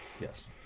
yes